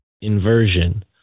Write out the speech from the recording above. inversion